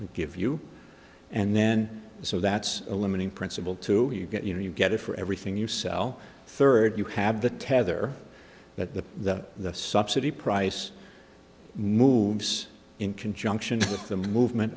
give you and then so that's a limiting principle too you get you know you get it for everything you sell third you have the tether that the the the subsidy price moves in conjunction with the movement